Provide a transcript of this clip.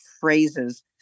phrases